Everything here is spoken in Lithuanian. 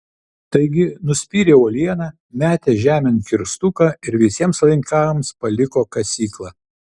taigi nuspyrė uolieną metė žemėn kirstuką ir visiems laikams paliko kasyklą